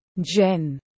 Jen